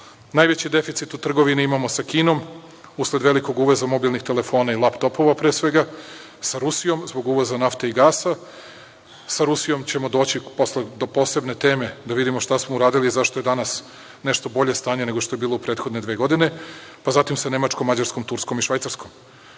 Najveći deficit u trgovini imamo sa Kinom, a usled velikog uvoza mobilnih telefona i laptopova, pre svega, sa Rusijom zbog uvoza nafte i gasa, sa Rusijom ćemo doći do posebne teme da vidimo šta smo uradili, zašto je danas nešto bolje stanje nego što je bilo u prethodne dve godine, pa zatim sa Nemačkom, Mađarskom, Turskom i Švajcarskom. Još